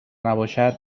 نباشد